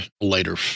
later